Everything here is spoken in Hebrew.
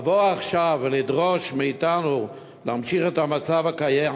לבוא עכשיו ולדרוש מאתנו להמשיך את המצב הקיים,